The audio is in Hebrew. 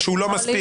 שהוא לא מספיק.